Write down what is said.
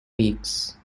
weeks